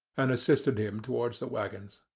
and assisted him towards the waggons.